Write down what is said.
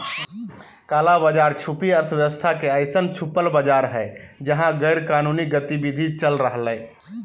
काला बाज़ार छुपी अर्थव्यवस्था के अइसन छुपल बाज़ार हइ जहा गैरकानूनी गतिविधि चल रहलय